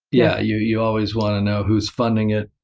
yeah you you always want to know who's funding it.